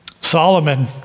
Solomon